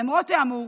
למרות האמור,